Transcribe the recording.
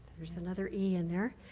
there is another e in there.